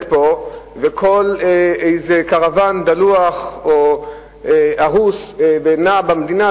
פה וכל איזה קרוון דלוח או הרוס במדינה,